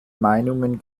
meinungen